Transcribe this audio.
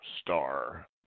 star